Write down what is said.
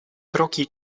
kroki